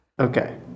Okay